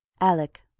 Alec